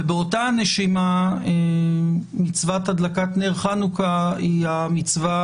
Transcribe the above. ובאותה הנשימה מצוות הדלקת נר חנוכה היא המצווה